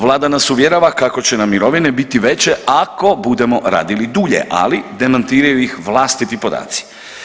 Vlada nas uvjerava kako će nam mirovine biti veće ako budemo radili dulje, ali demantiraju ih vlastiti podaci.